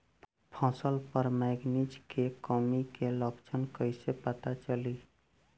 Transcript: फसल पर मैगनीज के कमी के लक्षण कईसे पता चली?